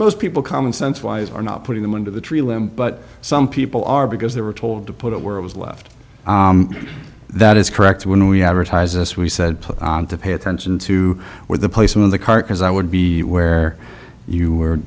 most people common sense wise are not putting them into the tree limb but some people are because they were told to put it where it was left that is correct when we advertise us we said to pay attention to where the place some of the carcass i would be where you were